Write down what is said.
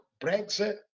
Brexit